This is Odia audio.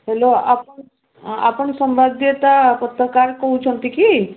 ହ୍ୟାଲୋ ଆପଣ ଆପଣ ସମ୍ବାଦୀୟତା ପତ୍ରକାର କହୁଛନ୍ତି କି